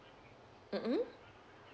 mmhmm